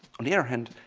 on the other hand,